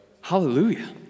Hallelujah